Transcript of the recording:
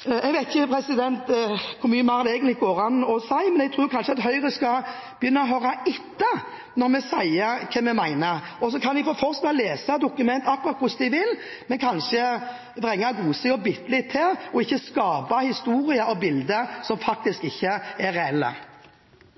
Jeg vet ikke hvor mye mer det egentlig går an å si, men jeg tror at Høyre kanskje skal begynne å høre etter når vi sier hva vi mener. Så kan de fortsette å lese dokumenter akkurat hvordan de vil – men kanskje snu godsiden bitte litt til og ikke skape historier og bilder som faktisk ikke er reelle.